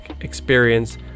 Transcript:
experience